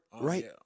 right